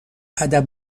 ادب